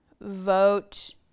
vote